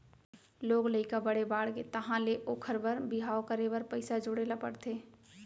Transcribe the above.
लोग लइका बड़े बाड़गे तहाँ ले ओखर बर बिहाव करे बर पइसा जोड़े ल परथे